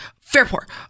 Fairport